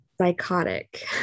Psychotic